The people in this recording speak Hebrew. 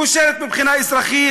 כושלת מבחינה אזרחית,